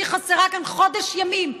שחסרה כאן חודש ימים,